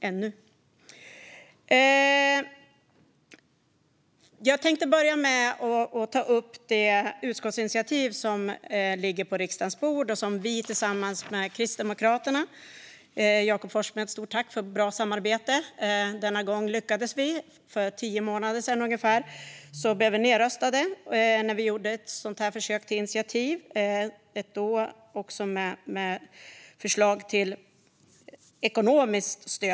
Jag vill här i början ta upp det utskottsinitiativ som finns på riksdagens bord och som vi har tagit tillsammans med Kristdemokraterna. Stort tack, Jakob Forssmed, för ett gott samarbete! Denna gång lyckades vi. För ungefär tio månader sedan blev vi nedröstade när vi gjorde ett liknande försök till initiativ. Då fanns även ett förslag om ekonomiskt stöd.